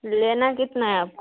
لینا کتنا ہے آپ کو